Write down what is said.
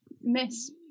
Miss